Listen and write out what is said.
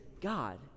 God